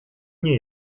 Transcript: nie